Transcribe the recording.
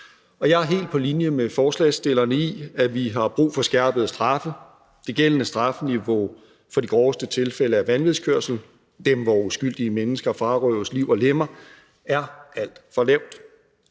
jeg er helt på linje med forslagsstillerne, med hensyn til at vi har brug for skærpede straffe. Det gældende strafniveau for de groveste tilfælde af vanvidskørsel – dem, hvor uskyldige mennesker frarøves liv og lemmer – er alt for lavt.